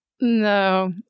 No